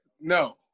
no